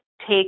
take